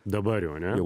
dabar jau ane